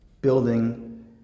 building